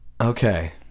Okay